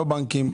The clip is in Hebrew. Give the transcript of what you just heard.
לא בנקים,